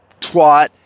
twat